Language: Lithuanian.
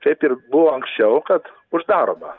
kaip ir buvo anksčiau kad uždaroma